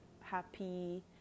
happy